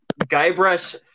Guybrush